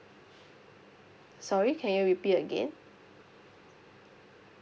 sorry can you repeat again